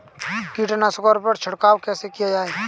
कीटनाशकों पर छिड़काव कैसे किया जाए?